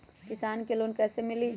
किसान के लोन कैसे मिली?